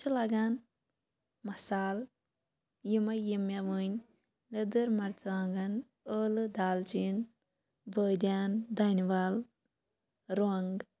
اَتھ چھُ لَگان مَصالہ یِمَے یِم مےٚ ؤنۍ لیٚدٕر مَرژٕوانٛگن ٲلہ دالچیٖن بٲدیان دانہِ ول رۄنٛگ